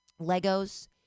Legos